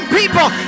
people